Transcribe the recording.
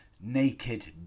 naked